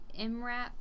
MRAP